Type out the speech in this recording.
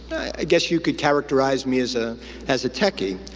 i guess you could characterize me as ah as a techie,